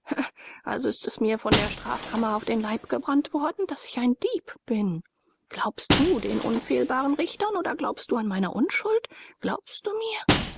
also ist es mir von der strafkammer auf den leib gebrannt worden daß ich ein dieb bin glaubst du den unfehlbaren richtern oder glaubst du an meine unschuld glaubst du mir